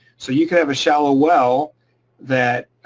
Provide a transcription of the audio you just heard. so you could have a shallow well that